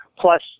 Plus